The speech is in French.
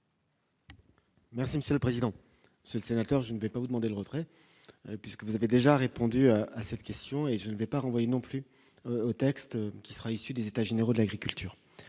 Merci Monsieur le Président, c'est sénateur, je ne vais pas vous demander le retrait puisque vous avez déjà répondu à cette question et je ne vais pas renvoyer non plus au texte qui sera issu des états généraux de l'agriculture,